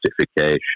certification